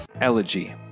Elegy